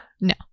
No